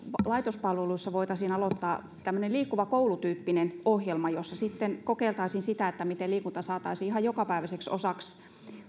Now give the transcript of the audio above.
laitospalveluissa voitaisiin aloittaa tämmöinen liikkuva koulu tyyppinen ohjelma jossa sitten kokeiltaisiin miten liikunta saataisiin ihan jokapäiväiseksi osaksi